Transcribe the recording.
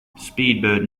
speedbird